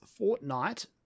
Fortnite